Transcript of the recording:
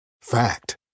Fact